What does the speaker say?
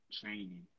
training